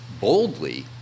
boldly